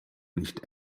nicht